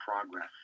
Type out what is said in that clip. progress